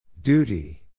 Duty